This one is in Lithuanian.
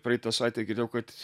praeitą savaitę girdėjau kad